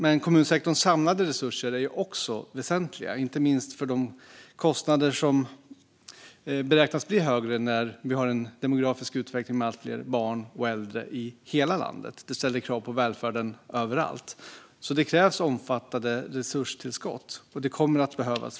Men kommunsektorns samlade resurser är också väsentliga, inte minst när det gäller de kostnader som beräknas bli högre när vi har en demografisk utveckling med allt fler barn och äldre i hela landet. Detta ställer krav på välfärden överallt. Det krävs alltså omfattande resurstillskott framöver.